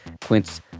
Quince